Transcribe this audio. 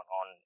on